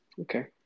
Okay